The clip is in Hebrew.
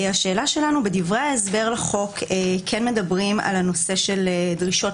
בדברי ההסבר לחוק מדברים על הנושא של דרישות